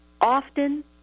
often